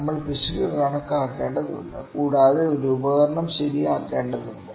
നമ്മൾ പിശക് കണക്കാക്കേണ്ടതുണ്ട് കൂടാതെ ഒരു ഉപകരണം ശരിയാക്കേണ്ടതുണ്ട്